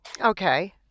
Okay